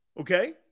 Okay